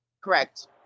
Correct